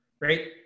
right